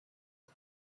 and